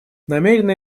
намерены